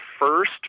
first